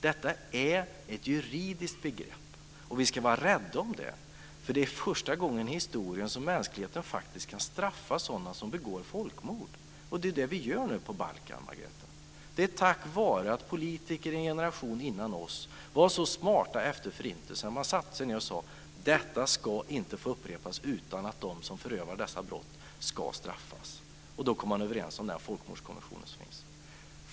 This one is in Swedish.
Detta är ett juridiskt begrepp, och vi ska vara rädda om det, för det är första gången i historien som mänskligheten faktiskt kan straffa sådana som begår folkmord. Det är också det som vi nu gör vad gäller Balkan, Margareta. Det är tack vare att politiker i en generation före oss var så smarta efter Förintelsen att man satte sig ned och sade: Detta ska inte få upprepas utan att de som förövar dessa brott ska straffas. Då kom man överens om folkmordskonventionens text.